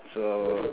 so